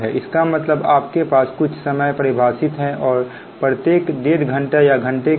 इसका मतलब आप के पास कुछ समय परिभाषित है और प्रत्येक डेढ़ घंटे या घंटे के लिए